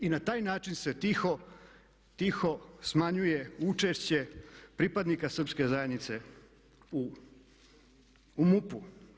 I na taj način se tiho smanjuje učešće pripadnika srpske zajednice u MUP-u.